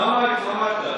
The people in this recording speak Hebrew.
למה התחמקת?